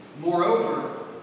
Moreover